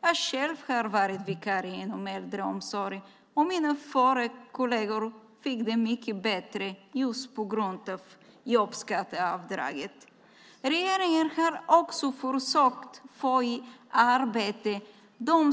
Jag har själv varit vikarie i äldreomsorgen. Mina före detta kolleger fick det mycket bättre just på grund av jobbskatteavdraget. Regeringen har också försökt få dem i arbete